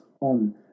on